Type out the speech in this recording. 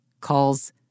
calls